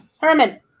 Herman